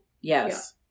Yes